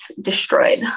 destroyed